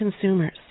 consumers